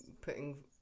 putting